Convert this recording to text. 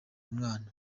umwana